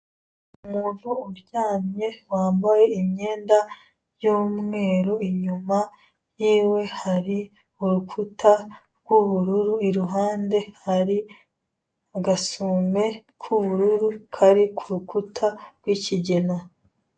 Umuntu uryamye wambaye imyenda y'umweru, inyuma yiwe hari urukuta rw'ubururu, iruhande hari agasume k'ubururu kari ku rukuta rw'ikigina.